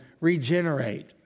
regenerate